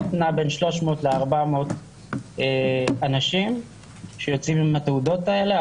נע בין 300 ל-400 אנשים שיוצאים עם התעודות האלה.